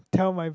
tell my